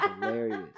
hilarious